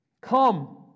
Come